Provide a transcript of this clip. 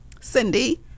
Cindy